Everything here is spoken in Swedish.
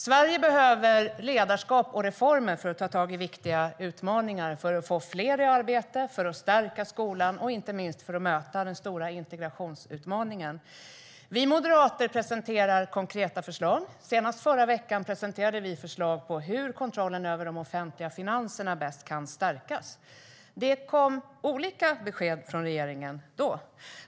Sverige behöver ledarskap och reformer för att ta tag i viktiga utmaningar: för att få fler i arbete, för att stärka skolan och inte minst för att möta den stora integrationsutmaningen. Vi moderater presenterar konkreta förslag. Senast förra veckan presenterade vi förslag på hur kontrollen över de offentliga finanserna bäst kan stärkas. Det kom olika besked från regeringen då.